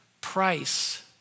price